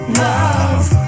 love